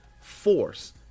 force